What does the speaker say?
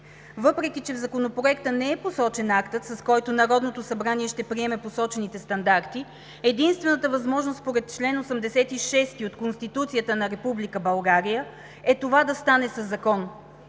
Въпреки, че в Законопроекта не е посочен актът, с който Народното събрание ще приеме посочените стандарти, единствената възможност, според чл. 86 от Конституцията на Република България, е това да стане със Закон.